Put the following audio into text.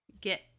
get